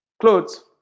clothes